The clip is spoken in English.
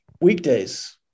weekdays